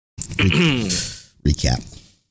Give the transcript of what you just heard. Recap